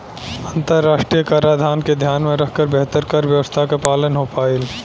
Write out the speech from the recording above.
अंतरराष्ट्रीय कराधान के ध्यान में रखकर बेहतर कर व्यावस्था के पालन हो पाईल